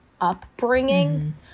upbringing